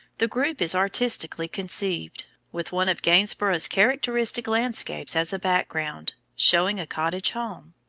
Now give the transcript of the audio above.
the group is artistically conceived, with one of gainsborough's characteristic landscapes as a background, showing a cottage home.